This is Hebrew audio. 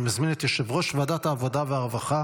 אני מזמין את יושב-ראש ועדת העבודה והרווחה